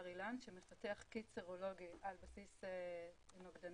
אילן שמפתח קיט סרולוגי על בסיס נוגדנים.